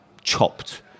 chopped